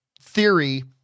theory